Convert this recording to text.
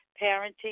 parenting